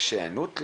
יש היענות לתרומות?